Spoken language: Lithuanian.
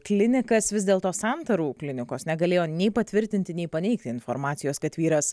klinikas vis dėlto santarų klinikos negalėjo nei patvirtinti nei paneigti informacijos kad vyras